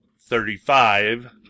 Thirty-five